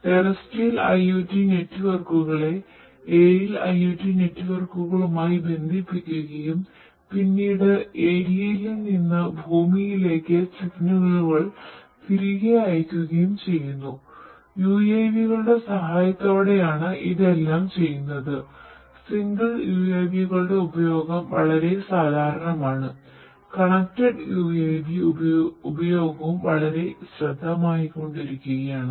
terrestrial IOT നെറ്റ്വർക്കുകളെ ഉപയോഗവും വളരെ ശ്രദ്ധേയമായിക്കൊണ്ടിരിക്കുകയാണ്